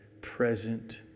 present